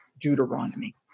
Deuteronomy